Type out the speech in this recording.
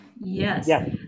Yes